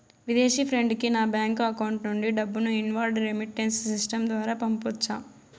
విదేశీ ఫ్రెండ్ కి నా బ్యాంకు అకౌంట్ నుండి డబ్బును ఇన్వార్డ్ రెమిట్టెన్స్ సిస్టం ద్వారా పంపొచ్చా?